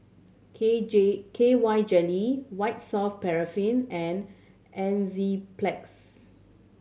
K J K Y Jelly White Soft Paraffin and Enzyplex